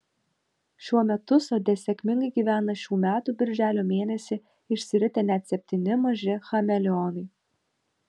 šiuo metu sode sėkmingai gyvena šių metų birželio mėnesį išsiritę net septyni maži chameleonai